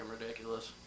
ridiculous